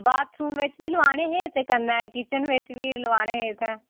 bathroom बिच बी लोआने हे ते कन्नै किचन बिच बी लोआने हे उत्थै